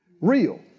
Real